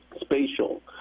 spatial